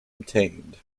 obtained